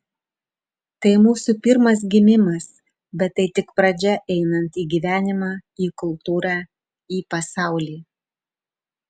tai mūsų pirmas gimimas bet tai tik pradžia einant į gyvenimą į kultūrą į pasaulį